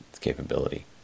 capability